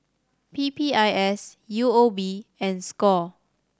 P P I S U O B and score